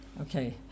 Okay